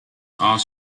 are